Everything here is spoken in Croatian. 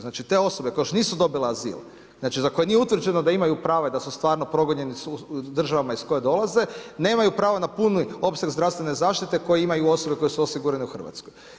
Znači te osobe koje još nisu dobile azil, za koje nije utvrđeno da imaju prava i da su stvarno progonjeni državama iz koje dolaze, nemaju pravo na puni opseg zdravstvene zaštite koje imaju osobe koje su osigurane u Hrvatskoj.